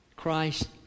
Christ